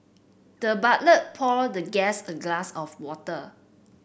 the butler poured the guest a glass of water